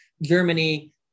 Germany